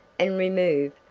and remove,